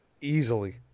easily